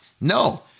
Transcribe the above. No